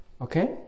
Okay